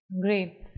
Great